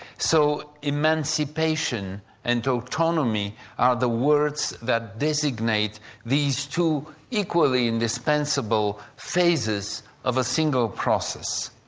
so emancipation and autonomy are the words that designate these two equally indispensible phases of a single process.